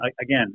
again